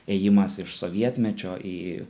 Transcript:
ėjimas iš sovietmečio į